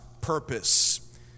purpose